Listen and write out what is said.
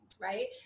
right